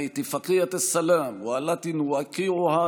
מדינת ישראל מכירה לכם תודה על חתימת הסכם השלום ההיסטורי היום.